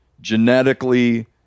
genetically